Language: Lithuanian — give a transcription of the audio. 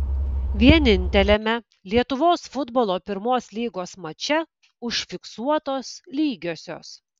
vieninteliame lietuvos futbolo pirmos lygos mače užfiksuotos lygiosios